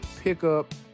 pickup